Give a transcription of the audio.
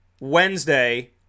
Wednesday